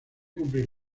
cumplir